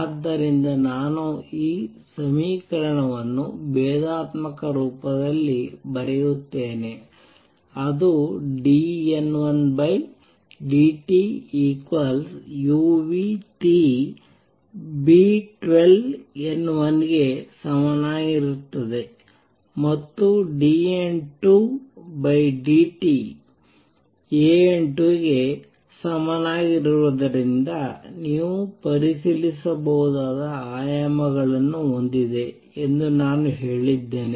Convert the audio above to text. ಆದ್ದರಿಂದ ನಾನು ಈ ಸಮೀಕರಣವನ್ನು ಭೇದಾತ್ಮಕ ರೂಪದಲ್ಲಿ ಬರೆಯುತ್ತೇನೆ ಅದು dN1dt uTB12N1ಗೆ ಸಮನಾಗಿರುತ್ತದೆ ಮತ್ತು dN2dt AN2ಗೆ ಸಮನಾಗಿರುವುದರಿಂದ ನೀವು ಪರಿಶೀಲಿಸಬಹುದಾದ ಆಯಾಮಗಳನ್ನು ಹೊಂದಿದೆ ಎಂದು ನಾನು ಹೇಳಿದ್ದೇನೆ